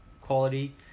quality